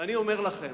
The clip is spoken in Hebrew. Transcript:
ואני אומר לכם: